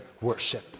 worship